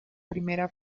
primera